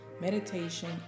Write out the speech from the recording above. meditation